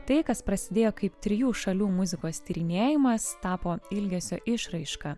tai kas prasidėjo kaip trijų šalių muzikos tyrinėjimas tapo ilgesio išraiška